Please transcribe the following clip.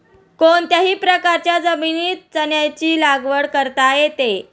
कोणत्याही प्रकारच्या जमिनीत चण्याची लागवड करता येते